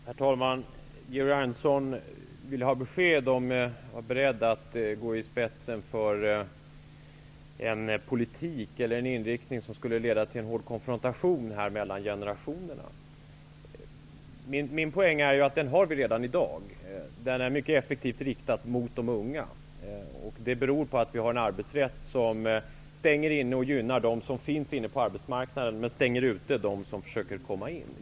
Herr talman! Georg Andersson vill ha besked om jag är beredd att gå i spetsen för en politik eller en inriktning som skulle leda till en hård konfrontation mellan generationerna. Min poäng är att vi har den redan i dag. Den är mycket effektivt riktad mot de unga. Det beror på att vi har en arbetsrätt som stänger inne och gynnar dem som finns på arbetsmarknaden och stänger ute dem som försöker komma in.